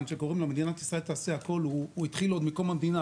שקוראים לו "מדינת ישראל תעשה הכול" הוא התחיל עוד מקום המדינה,